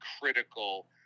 critical